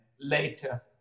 later